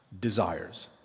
Desires